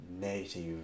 native